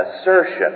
assertion